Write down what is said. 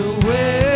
away